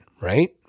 right